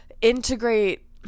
integrate